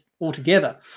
altogether